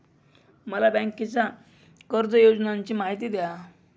मला बँकेच्या कर्ज योजनांची माहिती द्या